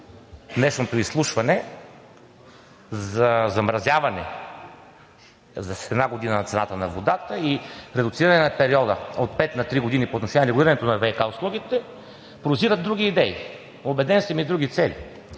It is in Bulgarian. днешното изслушване за замразяване за една година цената на водата и редуциране на периода от 5 на 3 години – по отношение регулирането на ВиК услугите, прозират други идеи, убеден съм, и други цели.